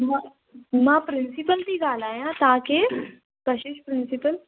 मां मां प्रिसिंपल थी ॻाल्हायां ता केरु कशिश प्रिंसिपल